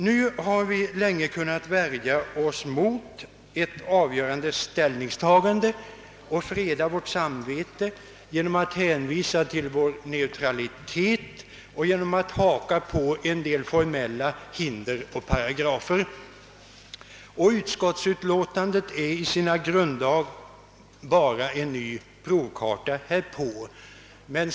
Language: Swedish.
Nu har vi länge kunnat värja oss mot ett avgörande ställningstagande och freda våra samveten genom att hänvisa till vår neutralitet och genom att haka upp oss på en del formella hinder och paragrafer. Utskottsutlåtandet är i sina grunddrag bara en ny provkarta härpå.